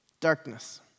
darkness